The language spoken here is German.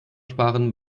sparen